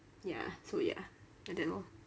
ya so ya like that lor